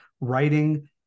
writing